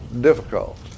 difficult